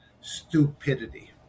stupidity